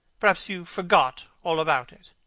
perhaps you forgot all about it.